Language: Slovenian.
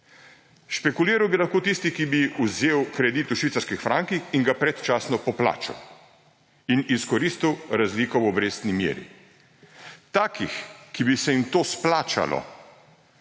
Špekuliral bi lahko tisti, ki bi vzel kredit v švicarskih frankih in ga predčasno poplačal in izkoristil razliko v obrestni meri. Taki, ki bi se jim to splačalo,